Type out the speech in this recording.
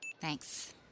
Thanks